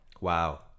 Wow